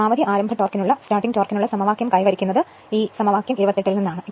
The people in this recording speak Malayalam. പരമാവധി ആരംഭ ടോർക്കിനുള്ള സമവാക്യം കൈവരിക്കുന്നത് സമവാക്യം 28 ൽ നിന്നാണ്